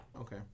Okay